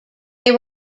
they